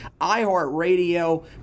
iHeartRadio